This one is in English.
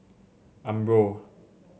umbro